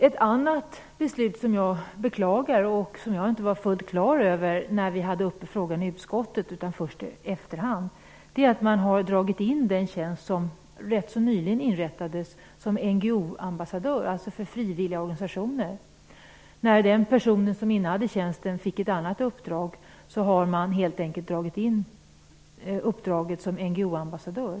Ett annat beslut som jag beklagar och som jag inte var fullt på det klara med när frågan var uppe i utskottet utan som jag har förstått först i efterhand, det är att tjänsten som NGO-ambassadör, som rätt så nyligen inrättades, har dragits in. Det handlar alltså om en ambassadör för frivilligorganisationer. Efter det att den person som innehade tjänsten fick ett annat uppdrag har man helt enkelt dragit in uppdraget som NGO-ambassadör.